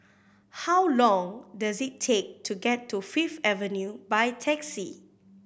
how long does it take to get to Fifth Avenue by taxi